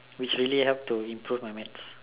which really help to improve my maths